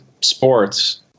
sports